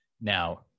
now